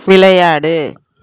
விளையாடு